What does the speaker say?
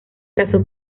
casó